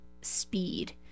speed